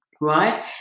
right